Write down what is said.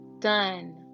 done